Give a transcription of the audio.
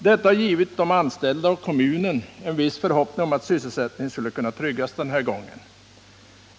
Detta har givit de anställda och kommunen en viss förhoppning om att sysselsättningen skulle kunna tryggas denna gång.